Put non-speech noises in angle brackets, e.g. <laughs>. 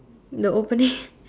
the opening <laughs>